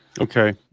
Okay